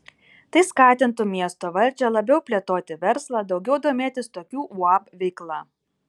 tai skatintų miesto valdžią labiau plėtoti verslą daugiau domėtis tokių uab veikla